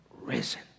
risen